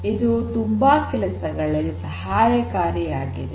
ಇದು ತುಂಬಾ ಕೆಲಸಗಳಲ್ಲಿ ಸಹಾಯಕಾರಿಯಾಗಿದೆ